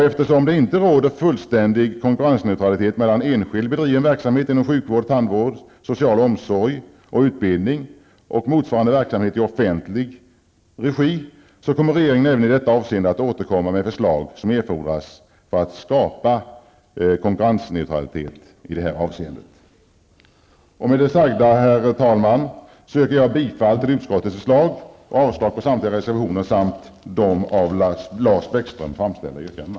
Eftersom det inte råder fullständig konkurrensneutralitet mellan enskilt bedriven verksamhet inom sjukvård, tandvård, social omsorg och utbildning och motsvarande verksamhet i offentlig regi, kommer regeringen även i detta avseende att återkomma med de förslag som erfordras för att skapa konkurrensneutralitet i detta avseende. Herr talman! Med det sagda yrkar jag bifall till utskottets förslag och avslag på samtliga reservationer samt på de av Lars Bäckström framförda yrkandena.